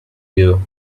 you